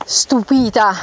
stupita